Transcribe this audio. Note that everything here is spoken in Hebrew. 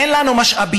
אין לנו משאבים,